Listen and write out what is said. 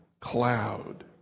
cloud